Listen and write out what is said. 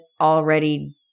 already